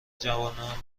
جوانان